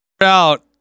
out